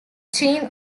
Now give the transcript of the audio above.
chain